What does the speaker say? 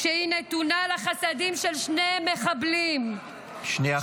כשהיא נתונה לחסדים של שני מחבלים --- שנייה,